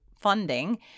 funding